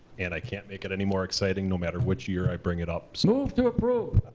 and i can't make it any more exciting, no matter which year i bring it up. so move to approve.